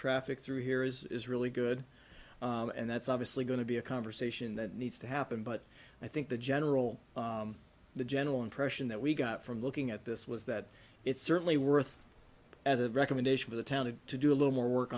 traffic through here is really good and that's obviously going to be a conversation that needs to happen but i think the general the general impression that we got from looking at this was that it's certainly worth as a recommendation for the town to to do a little more work